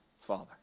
Father